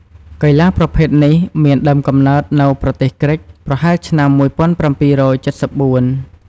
កីឡាប្រភេទនេះមានដើមកំណើតនៅប្រទេសក្រិក ប្រហែលឆ្នាំ ១៧៧៤។